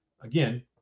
again